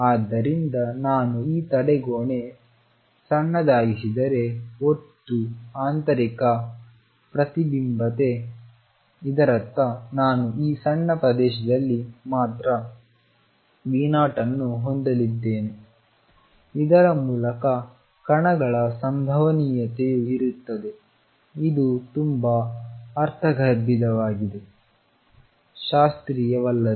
ಆದ್ದರಿಂದ ನಾನು ಈ ತಡೆಗೋಡೆ ಸಣ್ಣದಾಗಿದ್ದರೆ ಒಟ್ಟು ಆಂತರಿಕ ಪ್ರತಿಬಿಂಬದಂತೆ ಇದರರ್ಥ ನಾನು ಈ ಸಣ್ಣ ಪ್ರದೇಶದಲ್ಲಿ ಮಾತ್ರV0 ಅನ್ನು ಹೊಂದಿದ್ದೇನೆ ಇದರ ಮೂಲಕ ಕಣಗಳ ಸಂಭವನೀಯತೆಯು ಇರುತ್ತದೆ ಇದು ತುಂಬಾ ಅರ್ಥಗರ್ಭಿತವಾಗಿದೆ ಶಾಸ್ತ್ರೀಯವಲ್ಲದು